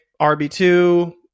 RB2